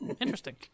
Interesting